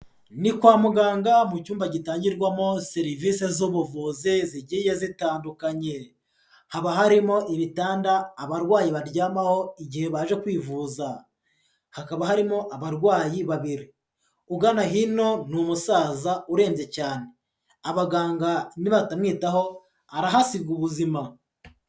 Ni kwa muganga mu cyumba gitangirwamo serivisi z'ubuvuzi zigiye zitandukanye, haba harimo ibitanda abarwayi baryamaho igihe baje kwivuza, hakaba harimo abarwayi babiri, ugana hino ni umusaza uremye cyane, abaganga nibatamwitaho arahasiga ubuzima.